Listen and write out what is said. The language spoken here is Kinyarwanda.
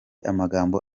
amagambo